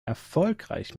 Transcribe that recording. erfolgreich